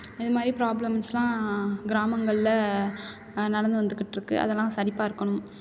இது மாதிரி ப்ராப்ளம்ஸ்லாம் கிராமங்களில் நடந்து வந்துக்கிட்டு இருக்குது அதெல்லாம் சரி பார்க்கணும்